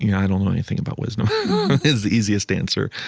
yeah i don't know anything about wisdom is the easiest answer.